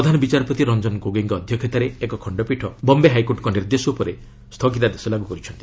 ପ୍ରଧାନ ବିଚାରପତି ରଞ୍ଜନ ଗୋଗୋଇଙ୍କ ଅଧ୍ୟକ୍ଷତାରେ ଏକ ଖଣ୍ଡପୀଠ ବମ୍ଘେ ହାଇକୋର୍ଟଙ୍କ ନିର୍ଦ୍ଦେଶ ଉପରେ ସ୍ଥୁଗିତାଦେଶ ଲାଗୁ କରିଛନ୍ତି